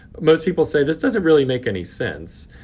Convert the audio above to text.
most people say this doesn't really make any sense.